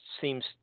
seems